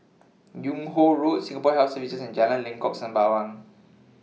Yung Ho Road Singapore Health Services and Jalan Lengkok Sembawang